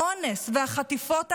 האונס והחטיפות ההמוניות,